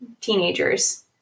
teenagers